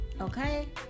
Okay